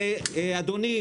אדוני,